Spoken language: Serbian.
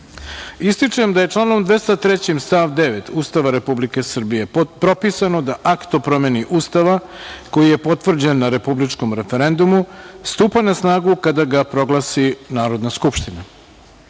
zakonom. Ističem da je članom 203. stav 9. Ustava Republike Srbije propisano da Akt o promeni Ustava, koji je potvrđen na republičkom referendumu, stupa na snagu kada ga proglasi Narodna skupština.S